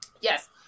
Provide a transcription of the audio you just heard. Yes